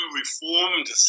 reformed